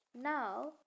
Now